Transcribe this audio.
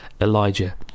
Elijah